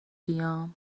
بیام